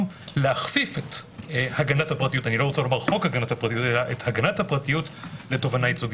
להכפיף את הגנת הפרטיות לתובענה ייצוגית.